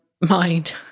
Mind